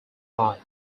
life